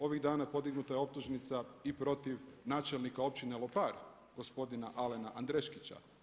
Ovih dana podignuta je optužnica i protiv načelnika općine Lopar gospodina Alena Andreškića.